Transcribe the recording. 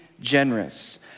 generous